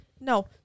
No